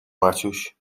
maciuś